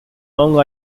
long